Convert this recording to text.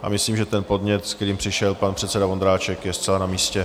A myslím, že ten podnět, se kterým přišel pan předseda Vondráček, je zcela na místě.